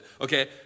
Okay